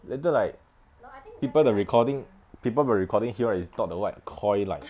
later like people the recording people the recording hear right is thought the right KOI like